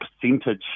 percentage